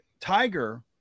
Tiger